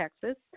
Texas